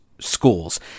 Schools